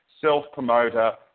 self-promoter